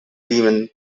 demon